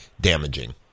damaging